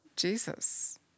Jesus